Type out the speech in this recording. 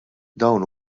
dawn